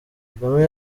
kagame